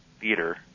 theater